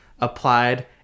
applied